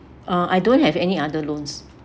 uh I don't have any other loans